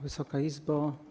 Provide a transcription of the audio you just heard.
Wysoka Izbo!